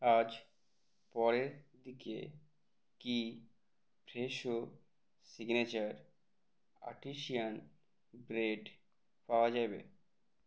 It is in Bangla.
আজ পরের দিকে কি ফ্রেশো সিগনেচার আট্টিসিয়ান ব্রেড পাওয়া যাবে